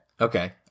Okay